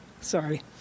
sorry